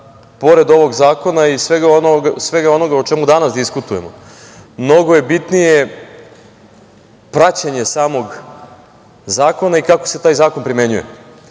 pored ovog zakona i svega onoga o čemu danas diskutujemo, mnogo je bitnije praćenje samog zakona i kako se taj zakon primenjuje.